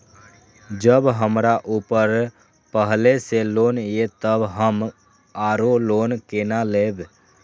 जब हमरा ऊपर पहले से लोन ये तब हम आरो लोन केना लैब?